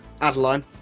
Adeline